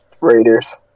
Raiders